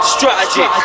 Strategy